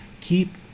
Keep